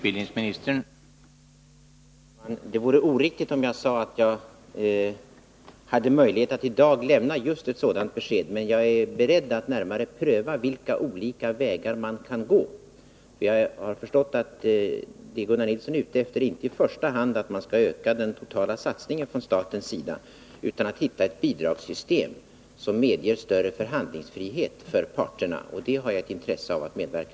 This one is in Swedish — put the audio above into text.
Herr talman! Det vore oriktigt om jag sade att jag i dag har möjlighet att lämna just ett sådant besked. Jag är emellertid beredd att närmare pröva vilka olika vägar man kan gå. Jag har förstått att Gunnar Nilsson i första hand inte är ute efter att staten skall öka den totala satsningen utan att han menar att vi skall försöka hitta ett bidragssystem som medger större förhandlingsfrihet för parterna, och när det gäller detta har jag ett intresse av att medverka.